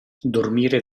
dormire